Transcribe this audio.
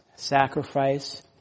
Sacrifice